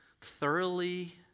thoroughly